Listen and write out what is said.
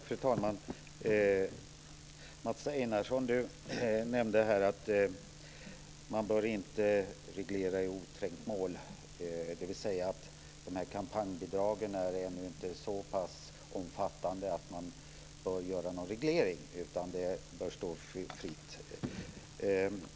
Fru talman! Mats Einarsson nämnde här att man inte bör reglera i oträngt mål, dvs. att de här kampanjbidragen ännu inte är så pass omfattande att man bör göra någon reglering utan att det bör vara fritt.